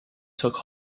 took